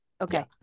Okay